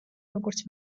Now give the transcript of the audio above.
როგორც